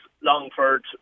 Longford